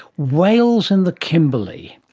whales and the kimberley.